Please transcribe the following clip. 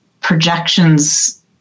projections